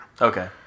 Okay